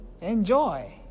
enjoy